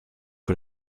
que